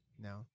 No